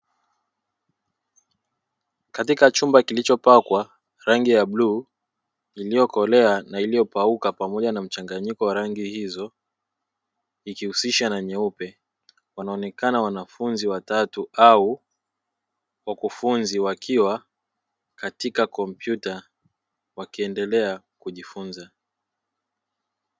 Katika chumba kilichopakwa rangi ya bluu iliyokolea na iliyopauka pamoja na mchanganyiko wa rangi hizo ikihusisha na nyeupe, wanaonekana wanafunzi watatu au wakufunzi wakiwa katika kompyuta wakiendelea kujifunza.